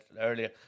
earlier